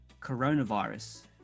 coronavirus